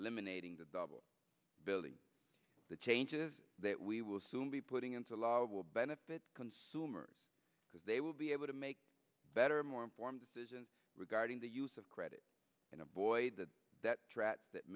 eliminating the double billing the changes that we will soon be putting into law will benefit consumers because they will be able to make better more informed decisions regarding the use of credit and avoid that that t